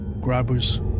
grabbers